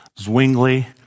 Zwingli